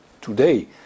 today